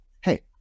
Hey